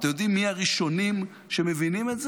אתם יודעים מי הראשונים שמבינים את זה?